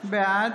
בעד